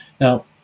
Now